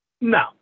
No